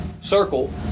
circle